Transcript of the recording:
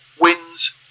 wins